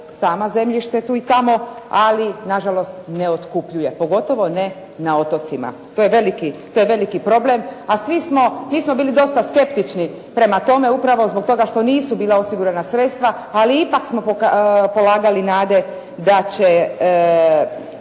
sama zemljište tu i tamo ali nažalost ne otkupljuje. Pogotovo ne na otocima. To je veliki, to je veliki problem. A svi smo, nismo bili dosta skeptični prema tome upravo zbog toga što nisu bila osigurana sredstva, ali ipak smo polagali nade da će